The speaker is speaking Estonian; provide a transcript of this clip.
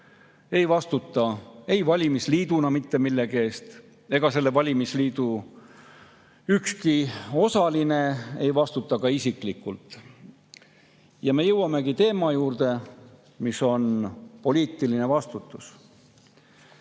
ei valimisliiduna mitte millegi eest ega vastuta selle valimisliidu ükski osaline isiklikult. Me jõuamegi teema juurde, mis on poliitiline vastutus.